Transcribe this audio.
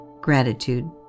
gratitude